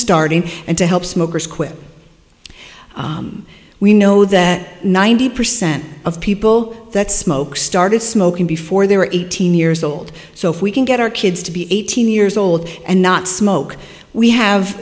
starting and to help smokers quit we know that ninety percent of people that smoke started smoking before they were eighteen years old so if we can get our kids to be eighteen years old and not smoke we have